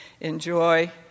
enjoy